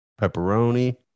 Pepperoni